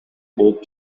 болуп